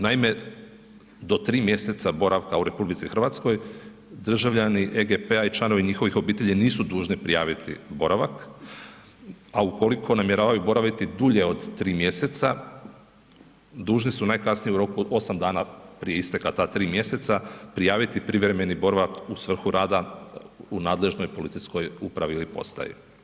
Naime, do 3 mj. boravka u RH, državljani EGP-a i članovi njihovih obitelji nisu dužni prijaviti boravak a u koliko namjeravaju boraviti dulje od 3. mj., dužni su najkasnije u roku od 8 dana prije isteka ta tri mjeseca, prijaviti privremeni boravak u svrhu rada u nadležnoj policijskoj upravi ili postaji.